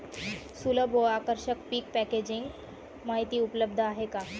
सुलभ व आकर्षक पीक पॅकेजिंग माहिती उपलब्ध आहे का?